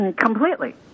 Completely